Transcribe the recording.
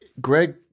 Greg